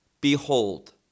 Behold